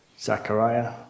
Zachariah